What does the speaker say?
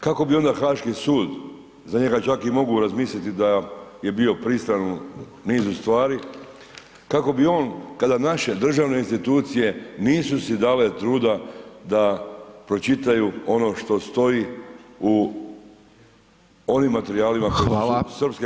Kako bi onda Haški sud, za njega čak i mogu razmisliti da je bio pristran u nizu stvari, kako bi on kada naše državne institucije nisu si dale truda da pročitaju ono što stoji u onim materijalima koji srpske